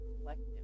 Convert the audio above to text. collective